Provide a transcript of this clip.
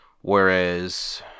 Whereas